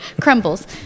crumbles